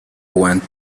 want